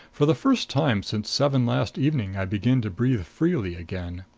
for the first time since seven last evening i begin to breathe freely again.